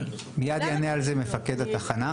מיד יענה על זה מפקד התחנה.